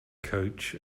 coach